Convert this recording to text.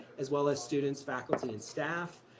as well as students, faculty and staff.